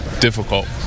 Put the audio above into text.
difficult